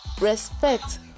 respect